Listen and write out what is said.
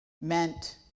meant